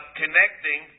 connecting